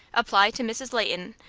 apply to mrs. leighton,